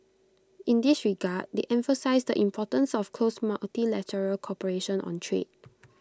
in this regard they emphasised the importance of close multilateral cooperation on trade